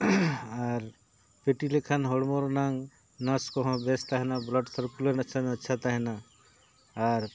ᱟᱨ PT ᱞᱮᱠᱷᱟᱱ ᱦᱚᱲᱢᱚ ᱨᱮᱱᱟᱜ ᱱᱟᱨᱵᱷ ᱠᱚᱦᱚᱸ ᱵᱮᱥ ᱛᱟᱦᱮᱱᱟ ᱵᱞᱟᱰ ᱥᱟᱨᱠᱩᱞᱮᱥᱚᱱ ᱟᱪᱪᱷᱟ ᱛᱟᱦᱮᱱᱟ ᱟᱨ